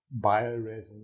bioresin